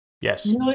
Yes